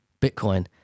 bitcoin